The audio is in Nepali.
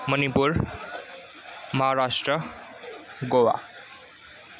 मणिपुर महाराष्ट्र गोवा